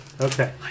Okay